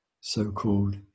so-called